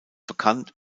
bekannt